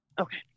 Okay